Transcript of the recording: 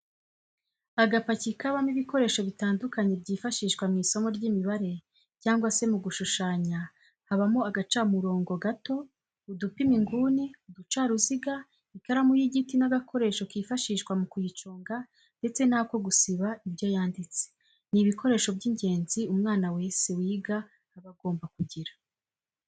Agapaki kabamo ibikoresho bitandukanye byifashishwa mu isomo ry'imibare cyangwa se mu gushushanya habamo agacamurongo gato, udupima inguni, uducaruziga, ikaramu y'igiti n'agakoresho kifashishwa mu kuyiconga ndetse n'ako gusiba ibyo yanditse, ni ibikoresho by'ingenzi umwana wese wiga aba agomba kugira.